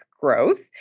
growth